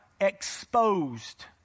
exposed